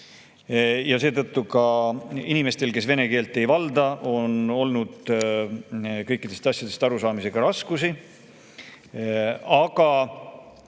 ja seetõttu inimestel, kes vene keelt ei valda, on olnud kõikidest asjadest arusaamisega raskusi.